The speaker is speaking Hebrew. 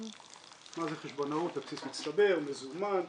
על בסיס מצטבר, מזומן,